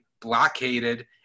blockaded